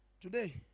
today